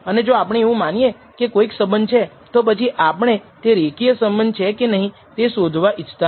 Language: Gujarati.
અને જો આપણે એવું માનીએ કોઈ સંબંધ છે તો પછી આપણે તે સંબંધ રેખીય છે કે નહીં તે શોધવા ઇચ્છતા નથી